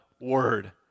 word